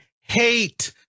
hate